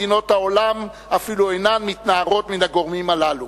מדינות העולם אפילו אינן מתנערות מן הגורמים הללו.